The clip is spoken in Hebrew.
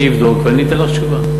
אני אבדוק ואני אתן לך תשובה.